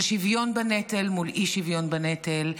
של שוויון בנטל מול אי-שוויון בנטל,